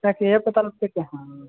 बस इयह पता लागतै